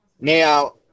Now